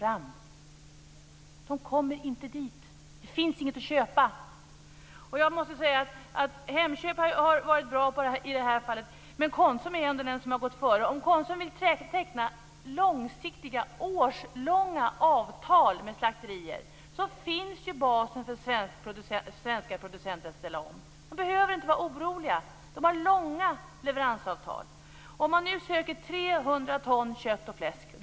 De kommer inte dit. Det finns inget att köpa. Jag måste säga att Hemköp har varit bra i detta fall, men Konsum är ändå den som har gått före. Om Konsum vill teckna långsiktiga årslånga avtal med slakterier finns ju basen för svenska producenter att ställa om. De behöver inte vara oroliga. De har långa leveransavtal. Man söker nu 300 ton kött, bl.a. fläsk.